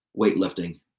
weightlifting